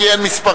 כי אין מספרים.